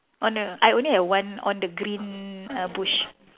oh no no I only have one on the green uh bush